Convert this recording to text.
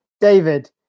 David